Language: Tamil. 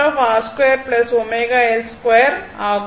ஆகும்